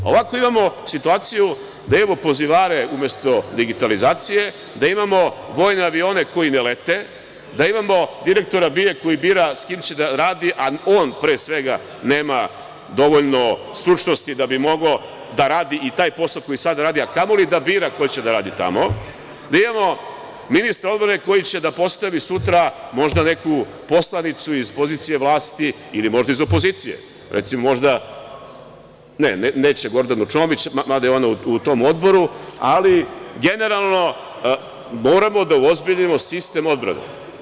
Ovako imamo situaciju da imamo pozivare umesto digitalizacije, da imamo vojne avione koji ne lete, da imamo direktora BIA koji bira sa kim će da radi, a on, pre svega, nema dovoljno stručnosti da bi mogao da radi taj posao koji sada radi, a kamoli da bira ko će da radi tamo, da imamo ministra odbrane koji će da postavi sutra neku poslanicu možda iz pozicije, vlasti ili možda iz opozicije, recimo, možda, ne, neće Gordanu Čomić, mada je ona u tom odboru, ali generalno moramo da uozbiljimo sistem odbrane.